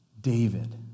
David